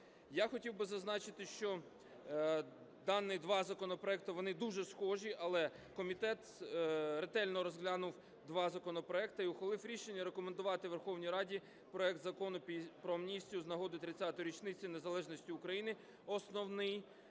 Я хотів би зазначити, що дані два законопроекти, вони дуже схожі. Але комітет ретельно розглянув два законопроекти і ухвалив рішення рекомендувати Верховній Раді проект Закону про амністію з нагоди 30-ї річниці Незалежності України основний